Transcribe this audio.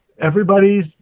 everybody's